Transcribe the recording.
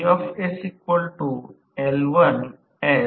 sleep किंमत ही पूर्ण भार कार्य बिंदू जवळ आहे